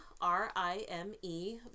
R-I-M-E